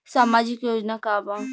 सामाजिक योजना का बा?